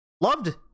Loved